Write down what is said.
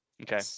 Okay